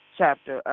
chapter